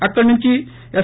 అక్కడి నుంచి ఎస్